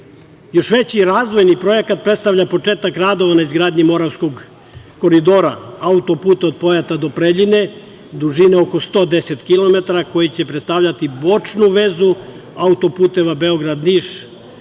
veći razvojni projekat predstavlja početak radova na izgradnji Moravskog koridora, autoput od Pojata do Preljine, dužine od oko 110 kilometara koji će predstavljati bočnu vezu autoputeva Beograd-Niš